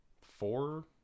Four